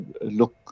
look